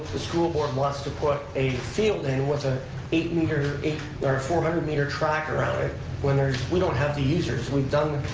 the school board wants to put a field in with a eight meter, or a four hundred meter track around it when there's, we don't have the users. we've done,